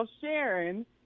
Sharon